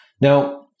Now